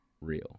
real